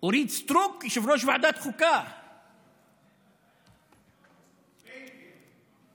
אורית סטרוק יושבת-ראש ועדת חוקה בן גביר.